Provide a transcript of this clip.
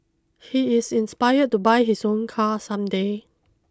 he is inspired to buy his own car some day